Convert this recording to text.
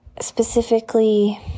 specifically